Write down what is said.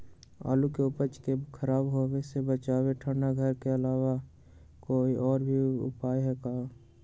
आलू के उपज के खराब होवे से बचाबे ठंडा घर के अलावा कोई और भी उपाय है का?